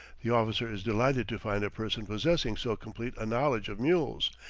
the officer is delighted to find a person possessing so complete a knowledge of mules,